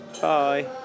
Bye